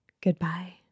goodbye